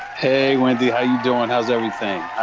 hey, wendy, how you doing, how's everything?